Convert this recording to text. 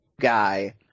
guy